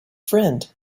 friend